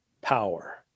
power